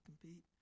compete